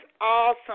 awesome